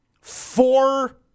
four